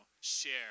share